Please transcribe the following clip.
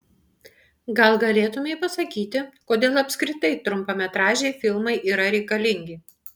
gal galėtumei pasakyti kodėl apskritai trumpametražiai filmai yra reikalingi